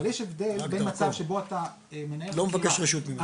אבל יש הבדל בין מצב שבו אתה מנהל חקירה -- לא מבקש רשות ממנו.